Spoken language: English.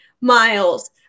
Miles